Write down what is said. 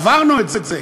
עברנו את זה.